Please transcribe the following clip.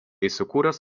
įsikūręs